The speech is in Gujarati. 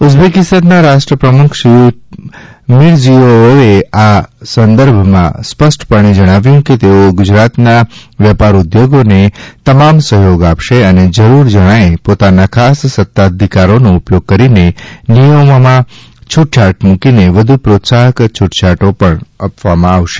ઉઝબેકિસ્તાનના રાષ્ટ્રપ્રમુખ શ્રીયુત શવકત મિરઝીયોચેવએ આ સંદર્ભમાં સ્પષ્ટપણે જણાવ્યું કે તેઓ ગુજરાતના વેપાર ઊદ્યોગકારોને તમામ સફચોગ આપશે અને જરૂર જણાયે પોતાના ખાસ સત્તાધિકારોનો ઉપયોગ કરીને નિયમોમાં છૂટછાટ મૂકીને વધુ પ્રોત્સાફક છૂટછાટો પણ આપશે